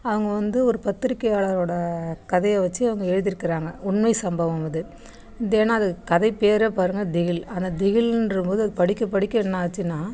அவங்க வந்து ஒரு பத்திரிக்கையாளரோடய கதையை வச்சு அவங்க எழுதியிருக்குறாங்க உண்மை சம்பவம் அது ஏன்னால் அது கதை பேரே பாருங்கள் திகில் ஆனா திகில்ன்றம்போது அது படிக்க படிக்க என்ன ஆச்சுன்னால்